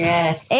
Yes